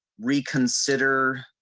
reconsider.